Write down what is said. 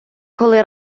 коли